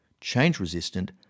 change-resistant